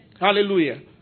Hallelujah